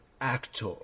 actor